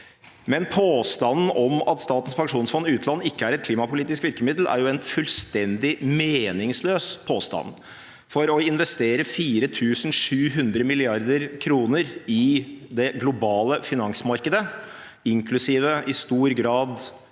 Men påstanden om at Statens pensjonsfond utland ikke er et klimapolitisk virkemiddel, er jo en fullstendig meningsløs påstand, for å investere 4 700 mrd. kr i det globale finansmarkedet, inklusiv i stor grad